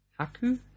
Haku